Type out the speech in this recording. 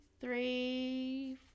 three